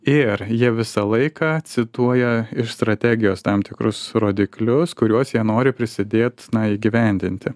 ir jie visą laiką cituoja iš strategijos tam tikrus rodiklius kuriuos jie nori prisidėti na įgyvendinti